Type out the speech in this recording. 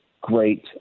great